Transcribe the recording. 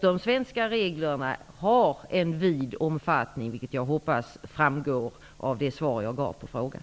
De svenska reglerna har en vid omfattning, vilket jag hoppas framgår av det svar som jag gav på frågan.